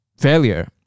failure